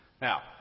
Now